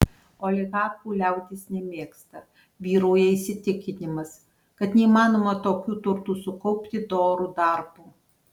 oligarchų liaudis nemėgsta vyrauja įsitikinimas kad neįmanoma tokių turtų sukaupti doru darbu